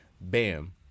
Bam